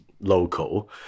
local